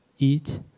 Eat